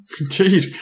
Indeed